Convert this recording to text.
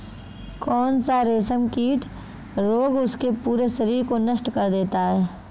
कौन सा रेशमकीट रोग उसके पूरे शरीर को नष्ट कर देता है?